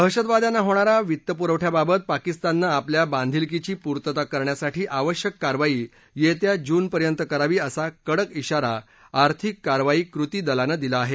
दहशतवाद्यांना होणा या वित्त पुरवठ्याबाबत पाकिस्ताननं आपल्या बांधिलकीची पूर्तता करण्यासाठी आवश्यक कारवाई येत्या जूनपर्यंत करावी असा कडक इशारा आर्थिक कारवाई कृती दलानं दिला आहे